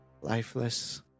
lifeless